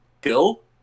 Kill